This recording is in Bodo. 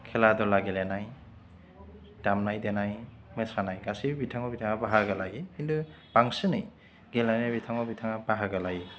खेला दुला गेलेनाय दामनाय देनाय मोसानाय गासैबो बिथिङाव बिथाङा बाहागो लायो खिन्थु बांसिनै गेलेनाय बिथिङाव बिथाङा बाहागो लायो